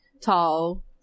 tall